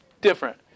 different